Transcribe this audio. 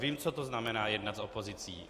Vím, co to znamená jednat s opozicí.